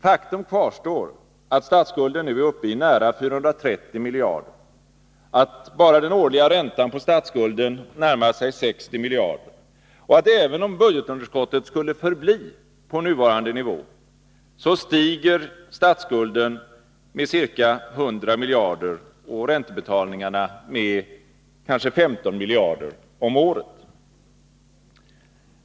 Faktum kvarstår att statsskulden nu är uppe i nära 430 miljarder, att bara den årliga räntan på statsskulden närmar sig 60 miljarder och att även om budgetunderskottet skulle förbli på nuvarande nivå, stiger statsskulden med ca 100 miljarder och räntebetalningarna med kanske 15 miljarder om året.